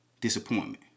disappointment